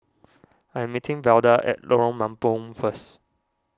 I am meeting Velda at Lorong Mambong first